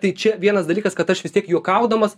tai čia vienas dalykas kad aš vis tiek juokaudamas